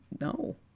no